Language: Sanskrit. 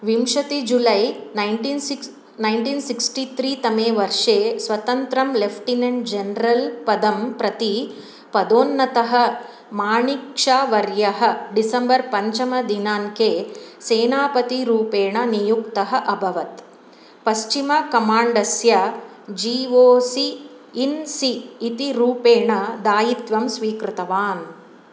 विंशति July nineteen six nineteen sixty त्रि तमे वर्षे स्वतन्त्रं लेफ्टिनेण्ट् जनरल् पदं प्रति पदोन्नतः माणिक्षा वर्यः डिसेम्बर् पञ्चमदिनाङ्के सेनापतिरूपेण नियुक्तः अभवत् पश्चिमकमाण्डस्य G O C in C इति रूपेण दायित्वं स्वीकृतवान्